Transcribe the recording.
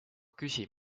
küsi